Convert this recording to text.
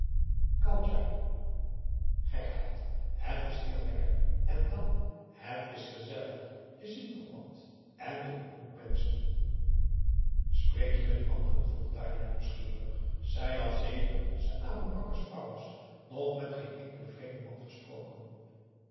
ja gekheid het is heel lekker en dan het is gezellig je ziet nog wat en je ontmoet menschen spreek je met anderen vroeg dailah nieuwsgierig zij had sedert ze aboe bakar's vrouw was nog met geen enkelen vreemden man gesproken